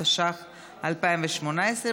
התשע"ח 2018,